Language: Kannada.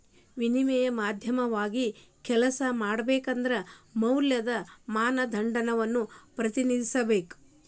ವಿನಿಮಯ ಮಾಧ್ಯಮವಾಗಿ ಕೆಲ್ಸ ಮಾಡಬೇಕಂದ್ರ ಮೌಲ್ಯದ ಮಾನದಂಡವನ್ನ ಪ್ರತಿನಿಧಿಸಬೇಕ